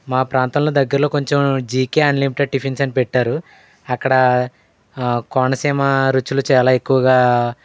మా ప్రాంతంలో దగ్గరలో కొంచెం జీకే అన్లిమిటెడ్ టిఫిన్స్ అని పెట్టారు అక్కడా కోనసీమ రుచులు చాలా ఎక్కువగా